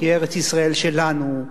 כי ארץ-ישראל שלנו,